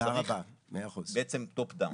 צריך בעצם תוכנית של 'מלמעלה למטה'.